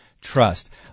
trust